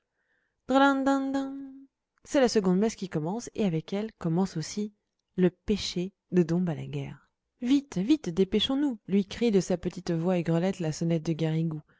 c'est la seconde messe qui commence et avec elle commence aussi le péché de dom balaguère vite vite dépêchons-nous lui crie de sa petite voix aigrelette la sonnette de garrigou